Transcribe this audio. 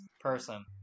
person